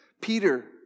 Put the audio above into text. Peter